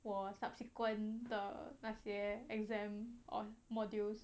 我 subsequent 的那些 exam or modules